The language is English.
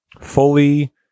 fully